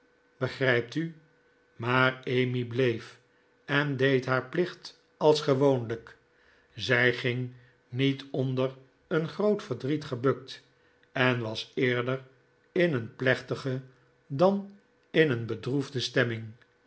begrijpt u maar emmy bleef en deed haar plicht als gewoonlijk zij ging niet onder een groot verdriet gebukt en was eerder in een plechtige dan in een bedroefde stemming